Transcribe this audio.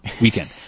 Weekend